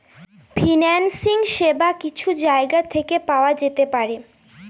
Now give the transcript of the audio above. financing সেবা কিছু জায়গা থেকে পাওয়া যেতে পারে